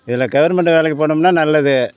இதில் கவுர்மெண்ட்டு வேலைக்குப் போனோம்னால் நல்லது